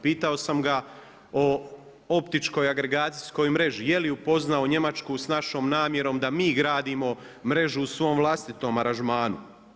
Pitao sam ga o optičkoj agregacijskoj mreži, je li upoznao Njemačku sa našom namjerom da mi gradimo mrežu u svom vlastitom aranžmanu.